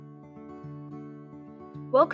Welcome